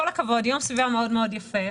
כל הכבוד, יום סביבה מאוד מאוד יפה.